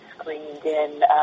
screened-in